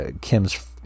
Kim's